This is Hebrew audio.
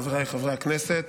חבריי חברי הכנסת,